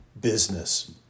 business